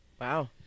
wow